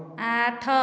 ଆଠ